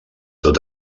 tot